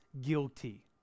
guilty